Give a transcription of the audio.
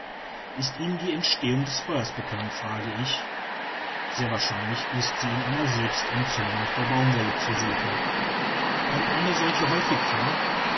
ist ihnen die entstehung des feuers bekannt frage ich sehr wahrscheinlich ist sie in einer selbstentzündung der baumwolle zu suchen kommt eine solche häufig vor